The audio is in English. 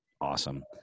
awesome